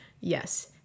yes